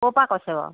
ক'ৰপৰা কৈছে বাৰু